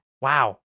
Wow